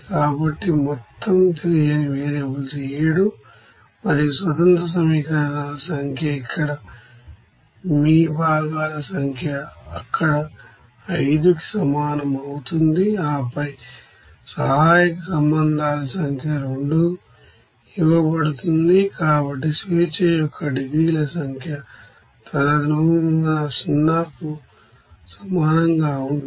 కాబట్టి మొత్తం తెలియని వేరియబుల్స్ 7 మరియు ఇండిపెండెంట్ ఈక్వేషన్ సంఖ్య ఇక్కడ మీ భాగాల సంఖ్య అది ఇక్కడ 5 కి సమానం అవుతుంది ఆపై సహాయక సంబంధాల సంఖ్య 2 ఇవ్వబడుతుంది కాబట్టి స్వేచ్ఛ యొక్క డిగ్రీల సంఖ్య తదనుగుణంగా 0 కి సమానంగా ఉంటుంది